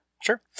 sure